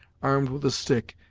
armed with a stick,